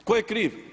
Tko je kriv?